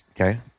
Okay